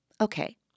Okay